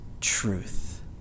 truth